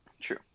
True